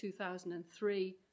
2003